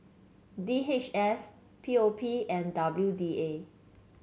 D H S P O P and W D A